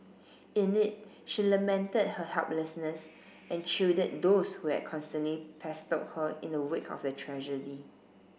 in it she lamented her helplessness and chided those who had constantly pestered her in the wake of the tragedy